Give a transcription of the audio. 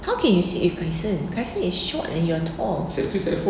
how can you sit with kaison kaison is short and you are tall